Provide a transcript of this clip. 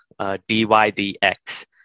DYDX